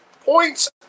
points